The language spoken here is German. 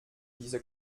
diese